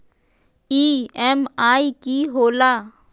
EMI की होला?